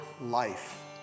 life